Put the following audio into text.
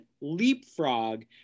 leapfrog